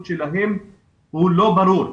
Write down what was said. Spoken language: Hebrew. הוא לא ברור.